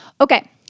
Okay